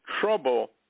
trouble